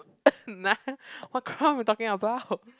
na~ what crown you talking about